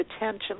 attention